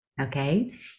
okay